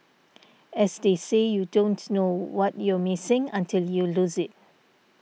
as they say you don't know what you're missing until you lose it